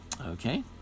Okay